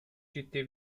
ciddi